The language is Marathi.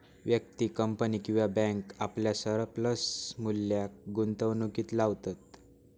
व्यक्ती, कंपनी किंवा बॅन्क आपल्या सरप्लस मुल्याक गुंतवणुकीत लावतत